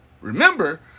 Remember